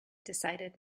decided